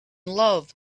love